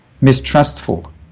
mistrustful